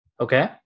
Okay